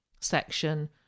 section